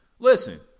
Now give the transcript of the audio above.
Listen